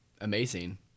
amazing